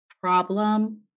problem